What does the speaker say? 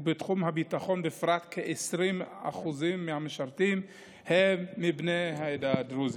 ובתחום הביטחון בפרט כ-20% מהמשרתים הם מבני העדה הדרוזית.